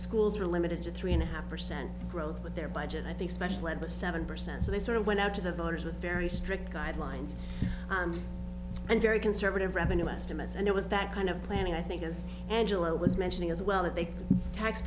schools were limited to three and a half percent growth but their budget i think special ed was seven percent so they sort of went out to the voters with very strict guidelines and very conservative revenue estimates and it was that kind of planning i think is angela was mentioning as well that they tax